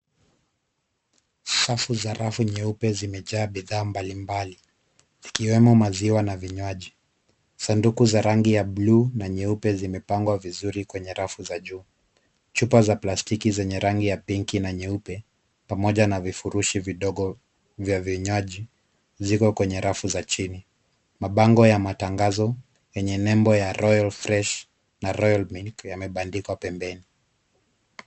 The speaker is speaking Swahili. Safu za rafu nyeupe zimejaa bidhaa mbalimbali ikiwemo maziwa na vinywaji. Sanduku za rangi ya bluu na nyeupe zimepangwa vizuri kwenye rafu za juu. Chupa za plastiki zenye rangi ya pinki na nyeupe pamoja na vifurushi vidogo vya vinywaji ziko kwenye rafu za chini. Mabango ya matangazo yenye nembo ya Royal Fresh na Royal Milk yamebandikwa pembeni.